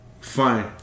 fine